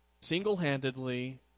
Single-handedly